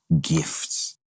gifts